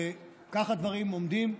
וכך דברים עומדים.